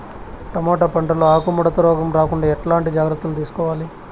Tomato పంట లో ఆకు ముడత రోగం రాకుండా ఎట్లాంటి జాగ్రత్తలు తీసుకోవాలి?